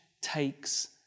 takes